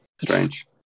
strange